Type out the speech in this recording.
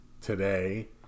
today